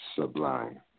sublime